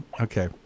Okay